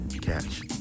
catch